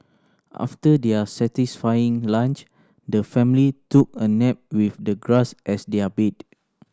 after their satisfying lunch the family took a nap with the grass as their bed